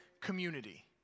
community